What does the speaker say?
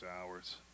hours